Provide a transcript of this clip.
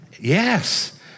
Yes